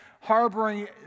harboring